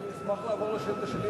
אני אשמח לעבור לשאילתא שלי,